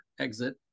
exit